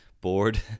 bored